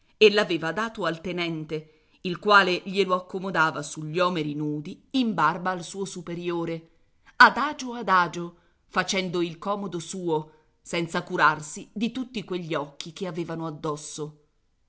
e l'aveva dato al tenente il quale glielo accomodava sugli omeri nudi in barba al suo superiore adagio adagio facendo il comodo suo senza curarsi di tutti quegli occhi che avevano addosso